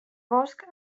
bosc